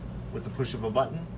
with the push of a button,